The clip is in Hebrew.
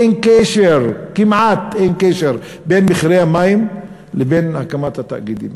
אין קשר כמעט בין מחירי המים לבין הקמת התאגידים.